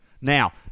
Now